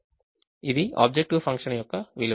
ఇది objective function యొక్క విలువ